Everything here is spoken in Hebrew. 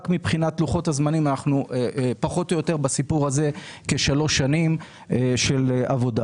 מבחינת לוחות הזמנים אנחנו בסיפור הזה כשלוש שנים של עבודה.